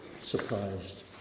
surprised